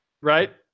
Right